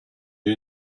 you